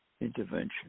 intervention